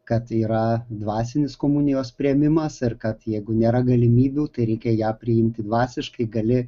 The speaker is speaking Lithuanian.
kad yra dvasinis komunijos priėmimas ir kad jeigu nėra galimybių tai reikia ją priimti dvasiškai gali